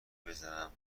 بزنم